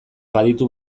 baditu